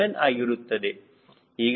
7 ಆಗಿರುತ್ತದೆ